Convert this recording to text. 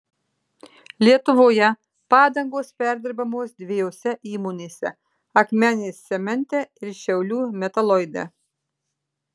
lietuvoje padangos perdirbamos dviejose įmonėse akmenės cemente ir šiaulių metaloide